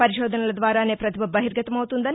పరిశోధనల ద్వారానే పతిభ బహిర్గతమవుతుందని